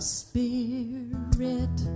spirit